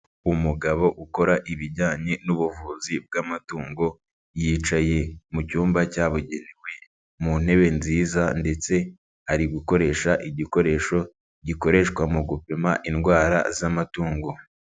Umugabo ukora ibijyanye n'ubuvuzi bw'amatungo, yicaye mu cyumba cyabugenewe mu ntebe nziza ndetse ari gukoresha igikoresho gikoreshwa mu gupima indwara z'amatungo.